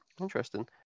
interesting